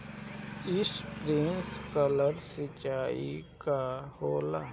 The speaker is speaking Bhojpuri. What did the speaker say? स्प्रिंकलर सिंचाई का होला?